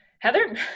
Heather